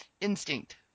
Instinct